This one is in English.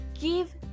give